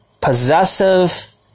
possessive